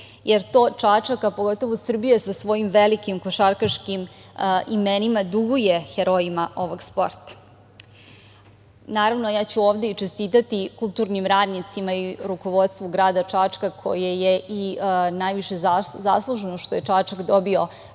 jer to Čačak, a pogotovo Srbija sa svojim velikim košarkaškim imenima duguje herojima ovog sporta. Naravno, ja ću ovde i čestitati kulturnim radnicima i rukovodstvu grada Čačka koje je i najviše zaslužno što je Čačak dobio